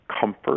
comfort